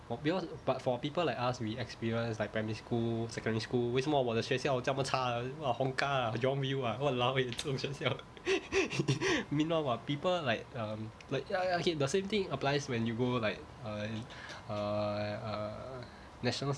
because but for people like us we experience like primary school secondary school 为什么我的学校叫这么差的 !wah! hong kah ah jurong ville ah !walao! eh 这种学校 meanwhile !wah! people like um like ya okay the same thing applies when you go like uh uh uh nationals